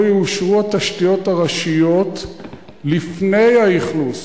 יאושרו התשתיות הראשיות לפני האכלוס,